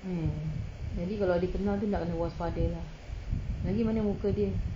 eh jadi kalau dia kenal tu kena waspada lah lagi mana muka dia